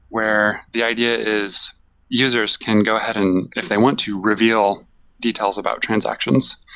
where the idea is users can go ahead, and if they want to, reveal details about transactions.